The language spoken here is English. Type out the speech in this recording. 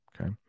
Okay